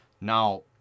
Now